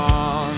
on